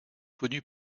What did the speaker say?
connu